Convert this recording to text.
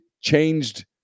changed